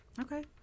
Okay